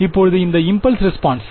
இப்போது இந்த impulse response